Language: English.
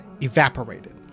evaporated